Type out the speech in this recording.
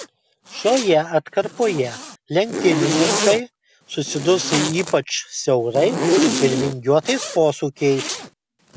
šioje atkarpoje lenktynininkai susidurs su ypač siaurais ir vingiuotais posūkiais